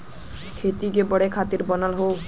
खेती के बढ़े खातिर बनल हौ